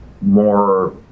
more